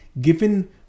given